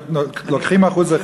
לוקחים 1%,